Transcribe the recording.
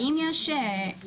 האם יש השתפרות,